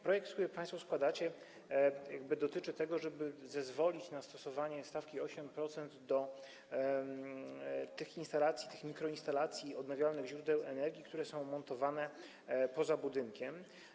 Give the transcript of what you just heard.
Projekt, który państwo składacie, dotyczy tego, żeby zezwolić na stosowanie stawki 8% w stosunku do tych mikroinstalacji odnawialnych źródeł energii, które są montowane poza budynkiem.